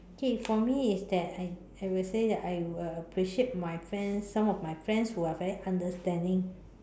okay for me is that I I will say that I will appreciate my friend some of my friends who are very understanding